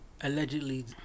Allegedly